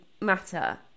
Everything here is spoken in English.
matter